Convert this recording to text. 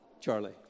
Charlie